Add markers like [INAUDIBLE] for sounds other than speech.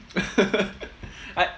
[LAUGHS] I